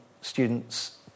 students